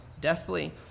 deathly